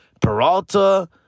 peralta